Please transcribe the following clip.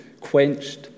quenched